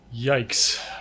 Yikes